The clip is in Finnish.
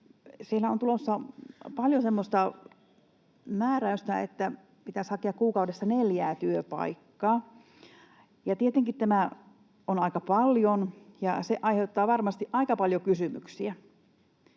Siellä on tulossa paljon semmoista määräystä, että pitäisi hakea kuukaudessa neljää työpaikkaa. Tietenkin tämä on aika paljon, ja se aiheuttaa varmasti aika paljon kysymyksiä.